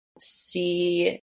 see